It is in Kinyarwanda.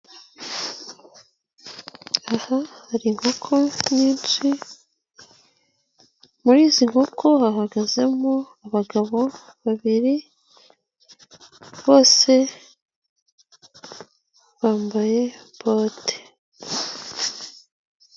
Aha hari inkoko nyinshi, muri izo nkoko hahagazemo abagabo babiri, bose bambaye bote.